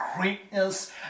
greatness